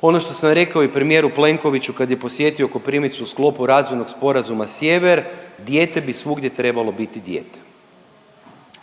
ono što sam rekao i premijeru Plenkoviću kad je posjetio Koprivnicu u sklopu Razvojnog sporazuma Sjever dijete bi svugdje trebalo biti dijete.